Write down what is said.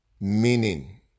Meaning